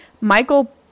Michael